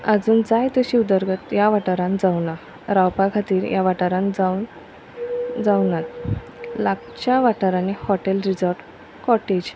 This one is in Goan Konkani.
अजून जाय तशी उदरगत ह्या वाठारान जावना रावपा खातीर ह्या वाठारान जावन जावनात लागच्या वाठारांनी हॉटेल रिजॉर्ट कॉटेज